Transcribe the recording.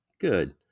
Good